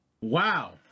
Wow